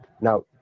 now